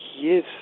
Yes